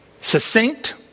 succinct